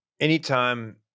anytime